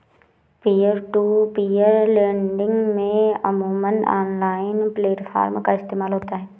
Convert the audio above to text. peer to peer lending में अमूमन online platform का इस्तेमाल होता है